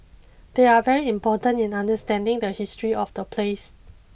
they are very important in understanding the history of the place